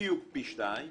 בדיוק פי שניים